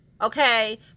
okay